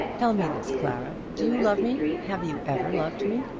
tell me this, clara do you love me? have you ever loved me?